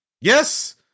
yes